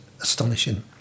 astonishing